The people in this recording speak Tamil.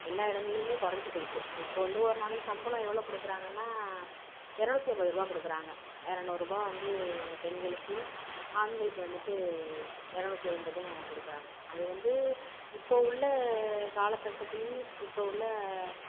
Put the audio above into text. எல்லா இடங்கள்லியுமே குறைஞ்சி போய்கிட்டு இப்போ வந்து ஒரு நாளைக்கு சம்பளம் எவ்வளோ கொடுக்குறாங்கன்னா இரநூத்தி ஐம்பது ரூபா கொடுக்குறாங்க இரநூறுபா வந்து பெண்களுக்கு ஆண்களுக்கு வந்துட்டு இரநூத்தி ஐம்பதும் கொடுக்குறாங்க அதை வந்து இப்போ உள்ள காலக்கட்டத்தில் இப்போ உள்ள